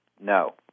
No